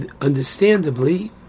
understandably